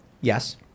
Yes